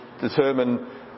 determine